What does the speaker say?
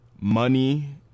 money